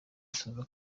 asoza